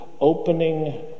Opening